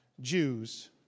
Jews